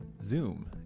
Zoom